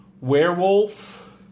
Werewolf